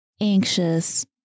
anxious